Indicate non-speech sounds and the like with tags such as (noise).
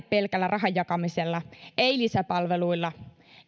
(unintelligible) pelkällä rahan jakamisella ei lisäpalveluilla